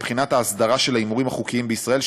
לבחינת ההסדרה של ההימורים החוקיים בישראל,